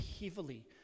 heavily